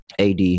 AD